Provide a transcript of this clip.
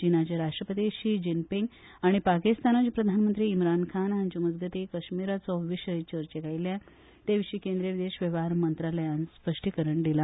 चीनाचे राष्ट्रपती Xi Jinping आनी पाकिस्तानाचे प्रधानमंत्री इम्रान खान हांच्या मजगती काश्मीरचो विषय चर्चेक आयिल्ल्यान त्या विशी केंद्रीय विदेश वेव्हार मंत्रालयान स्पष्टीकरण दिला